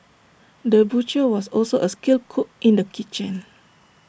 the butcher was also A skilled cook in the kitchen